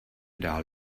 dál